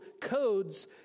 codes